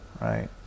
right